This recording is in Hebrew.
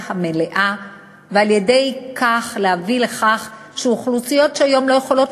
המלאה ועל-ידי כך להביא לכך שאוכלוסיות שהיום לא יכולות